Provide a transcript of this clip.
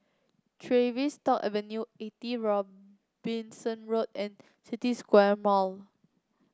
Tavistock Avenue Eighty Robinson Road and City Square Mall